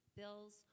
bills